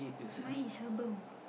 mine is herbal